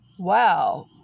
wow